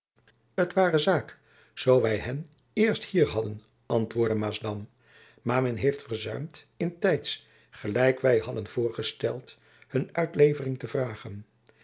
t ware zaak zoo wy hen eerst hier hadden antwoordde maasdam maar men heeft verzuimd in tijds gelijk wy hadden voorgesteld hun uitlevering te vragen